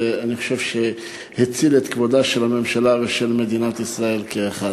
ואני חושב שהוא הציל את כבודן של הממשלה ושל מדינת ישראל כאחת.